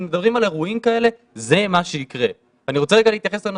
אסור להתייאש,